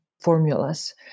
formulas